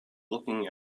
looking